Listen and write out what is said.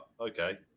okay